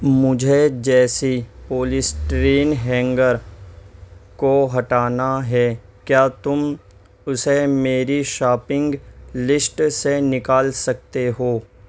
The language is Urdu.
مجھے جیسی پولیسٹیرین ہینگر کو ہٹانا ہے کیا تم اسے میری شاپنگ لسٹ سے نکال سکتے ہو